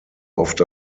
oft